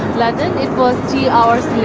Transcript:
london it was three hours late.